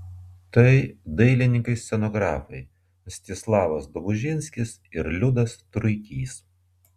tai dailininkai scenografai mstislavas dobužinskis ir liudas truikys